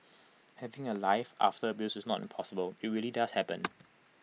having A life after abuse is not impossible IT really does happen